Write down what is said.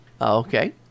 okay